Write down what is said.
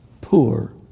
poor